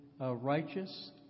righteous